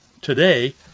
today